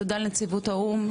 תודה לנציבות האו"ם,